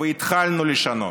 והתחלנו לשנות.